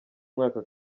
mwaka